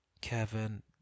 Kevin